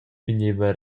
vegneva